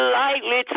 lightly